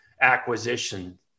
acquisition